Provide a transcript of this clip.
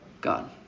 God